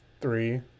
three